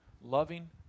loving